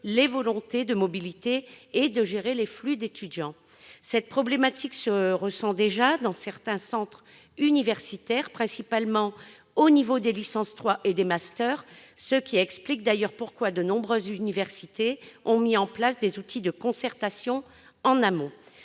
les volontés de mobilité et de gérer les flux d'étudiants. Cette problématique se ressent déjà dans certains centres universitaires, principalement au niveau des licences 3 et des masters, ce qui explique d'ailleurs pourquoi de nombreuses universités ont mis en place des outils de concertation en amont.